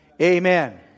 Amen